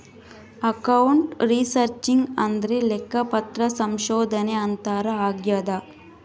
account researching ಅಂದ್ರೆ ಲೆಕ್ಕಪತ್ರ ಸಂಶೋಧನೆ ಅಂತಾರ ಆಗ್ಯದ